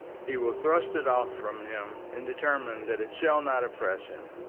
he will thrust it off from him and determine that it shall not oppress him.